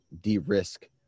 de-risk